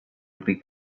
pick